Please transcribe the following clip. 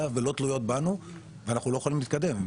שלא תלויות בנו ואנחנו לא יכולים להתקדם.